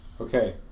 Okay